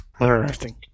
Interesting